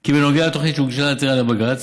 כי בנוגע לתוכנית הוגשה עתירה לבג"ץ.